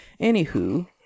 Anywho